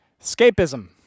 Escapism